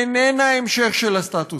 איננה המשך של הסטטוס-קוו,